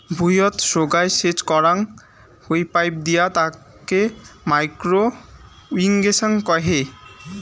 ভুঁইয়ত সোগায় সেচ করাং হই পাইপ দিয়ে তাকে মাইক্রো ইর্রিগেশন কহে